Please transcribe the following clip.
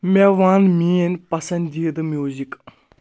مےٚ ون میٲنۍ پسندیٖدٕ میوٗزِک